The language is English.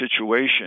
situation